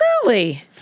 Truly